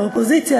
האופוזיציה,